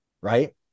right